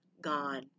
gone